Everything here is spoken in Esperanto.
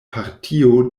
partio